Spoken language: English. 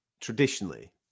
traditionally